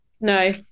no